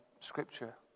scripture